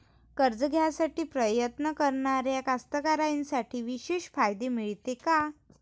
कर्ज घ्यासाठी प्रयत्न करणाऱ्या कास्तकाराइसाठी विशेष फायदे मिळते का?